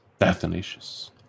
Athanasius